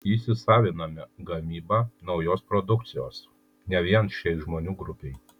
įsisaviname gamybą naujos produkcijos ne vien šiai žmonių grupei